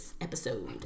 episode